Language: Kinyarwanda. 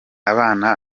abana